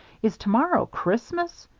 is to-morrow christmas?